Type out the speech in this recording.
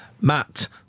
Matt